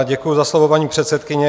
Děkuji za slovo, paní předsedkyně.